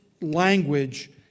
language